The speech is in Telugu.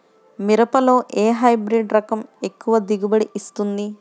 మిరపలో ఏ హైబ్రిడ్ రకం ఎక్కువ దిగుబడిని ఇస్తుంది?